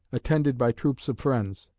attended by troops of friends.